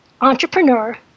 Entrepreneur